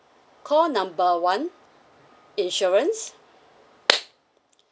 call number one insurance